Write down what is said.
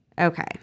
Okay